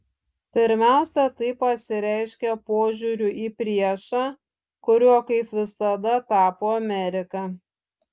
pirmiausia tai pasireiškė požiūriu į priešą kuriuo kaip visada tapo amerika